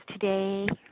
today